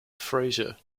frasier